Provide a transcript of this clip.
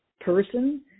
person